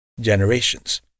generations